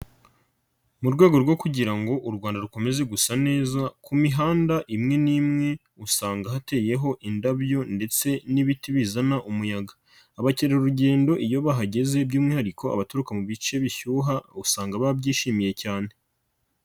Mu rwego rwo kugira ngo u Rwanda rukomeze gusa neza, ku mihanda imwe nimwe usanga hateyeho indabyo ndetse n'ibiti bizana umuyaga, abakerarugendo iyo bahageze by'umwihariko abaturuka mu bice bishyuha usanga babyishimiye cyane.